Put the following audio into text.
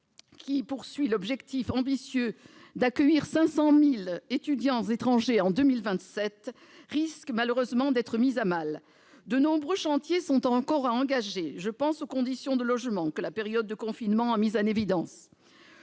qui vise un objectif ambitieux, celui d'accueillir 500 000 étudiants étrangers en 2027, risque malheureusement d'être mis à mal. De nombreux chantiers sont encore à engager. Je pense aux conditions de logement que la période de confinement a mises en évidence.